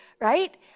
right